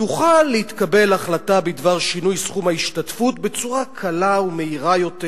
תוכל להתקבל החלטה בדבר שינוי סכום ההשתתפות בצורה קלה ומהירה יותר.